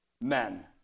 men